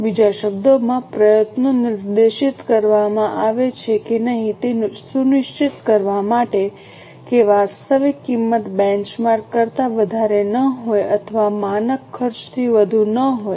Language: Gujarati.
બીજા શબ્દોમાં પ્રયત્નો નિર્દેશિત કરવામાં આવે છે કે નહીં તે સુનિશ્ચિત કરવા માટે કે વાસ્તવિક કિંમત બેંચમાર્ક કરતા વધારે ન હોય અથવા માનક ખર્ચથી વધુ ન હોય